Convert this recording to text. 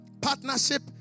partnership